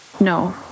No